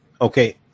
Okay